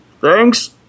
Thanks